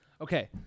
okay